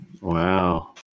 Wow